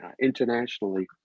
internationally